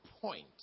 point